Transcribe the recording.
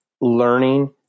learning